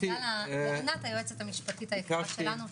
ותודה לענת היועצת המשפטית היקרה שלנו.